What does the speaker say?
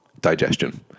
digestion